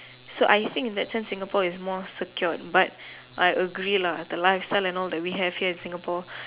so I think in that sense Singapore is more secured but I agree lah the lifestyle and all that we have here in Singapore